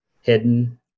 hidden